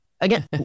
again